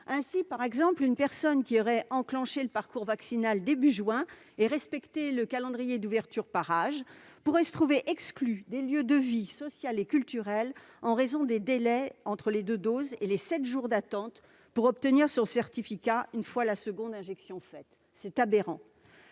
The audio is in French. Par exemple, une personne qui aurait enclenché le parcours vaccinal début juin et respecté le calendrier d'ouverture par âges pourrait se trouver exclue des lieux de vie sociale et culturelle en raison des délais entre les deux doses, et des sept jours d'attente pour obtenir son certificat une fois la seconde injection faite. C'est aberrant